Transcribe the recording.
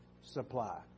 supply